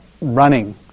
running